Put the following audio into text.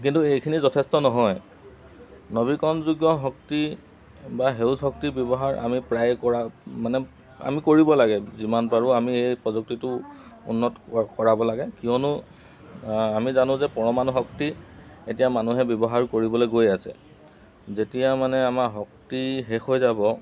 কিন্তু এইখিনি যথেষ্ট নহয় নৱীকৰণযোগ্য শক্তি বা সেউজ শক্তিৰ ব্যৱহাৰ আমি প্ৰায় কৰা মানে আমি কৰিব লাগে যিমান পাৰোঁ আমি এই প্ৰযুক্তিটো উন্নত কৰাব লাগে কিয়নো আমি জানো যে পৰমাণু শক্তি এতিয়া মানুহে ব্যৱহাৰ কৰিবলৈ গৈ আছে যেতিয়া মানে আমাৰ শক্তি শেষ হৈ যাব